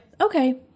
okay